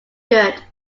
good